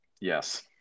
Yes